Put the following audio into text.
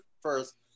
first